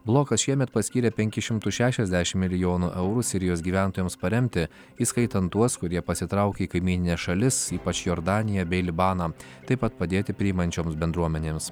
blokas šiemet paskyrė penkis šimtus šešiasdešim milijonų eurų sirijos gyventojams paremti įskaitant tuos kurie pasitraukė į kaimynines šalis ypač jordaniją bei libaną taip pat padėti priimančioms bendruomenėms